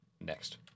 Next